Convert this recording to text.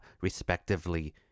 respectively